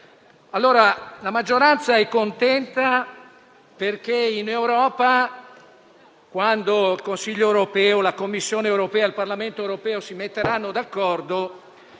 La maggioranza è contenta perché in Europa il Consiglio europeo, la Commissione europea e il Parlamento europeo, quando si metteranno d'accordo,